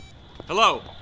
Hello